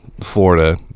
Florida